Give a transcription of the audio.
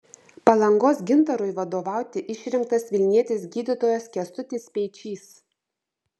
palangos gintarui vadovauti išrinktas vilnietis gydytojas kęstutis speičys